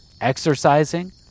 exercising